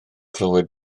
clywed